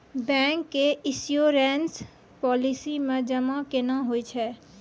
Bank के insurance policy मे जमा केना होय छै?